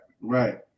right